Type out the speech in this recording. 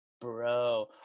Bro